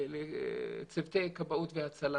לצוותי כבאות והצלה,